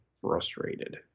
frustrated